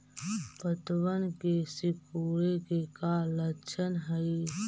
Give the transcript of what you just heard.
पत्तबन के सिकुड़े के का लक्षण हई?